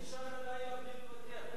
איך נישן הלילה בלי מבקר?